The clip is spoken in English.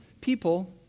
people